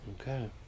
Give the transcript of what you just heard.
Okay